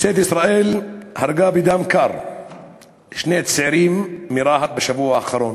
משטרת ישראל הרגה בדם קר שני צעירים מרהט בשבוע האחרון.